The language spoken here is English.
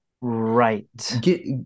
Right